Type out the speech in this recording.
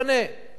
מתי יתפנה?